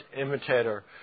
imitator